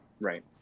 Right